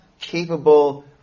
capable